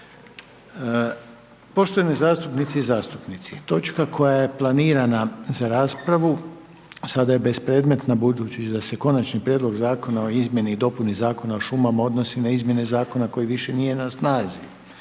Poštovane zastupnice i zastupnici, točka koja je planirana za raspravu, sada je bespredmetna, budući da se Konačni prijedlog Zakona o izmjeni i dopuni Zakona o šumama, odnosi na izmjene zakona koji više nije na snazi.